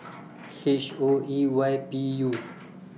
H O E Y P U